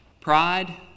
Pride